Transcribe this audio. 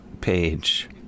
page